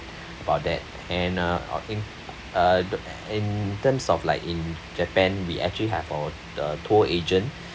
about that and uh uh in uh in terms of like in japan we actually have our own uh tour agent